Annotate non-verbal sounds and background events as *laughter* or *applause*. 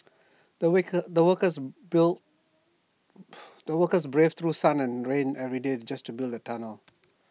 the *unintelligible* the workers *unintelligible* *noise* the workerbraved through sun and rain every day just to build the tunnel